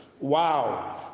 Wow